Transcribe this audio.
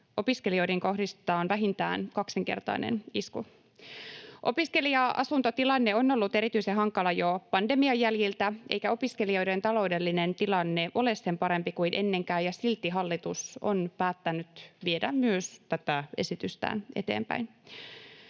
opiskelijoihin kohdistetaan vähintään kaksinkertainen isku. Opiskelija-asuntotilanne on ollut erityisen hankala jo pandemian jäljiltä, eikä opiskelijoiden taloudellinen tilanne ole sen parempi kuin ennenkään, ja silti hallitus on päättänyt viedä myös tätä esitystään eteenpäin.